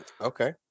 okay